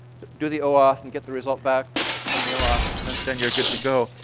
do the oauth, and get the result back from the oauth, and then then you're good to go,